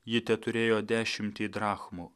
ji teturėjo dešimtį drachmų